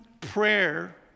prayer